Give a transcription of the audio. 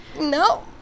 no